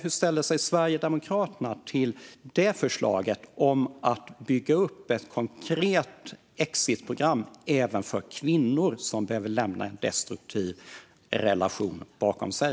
Hur ställer sig Sverigedemokraterna till det förslaget, till att bygga upp ett konkret exitprogram även för kvinnor som behöver lämna en destruktiv relation bakom sig?